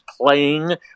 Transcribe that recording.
playing